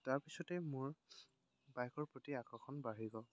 তাৰপিছতে মোৰ বাইকৰ প্ৰতি আকৰ্ষণ বাঢ়ি গ'ল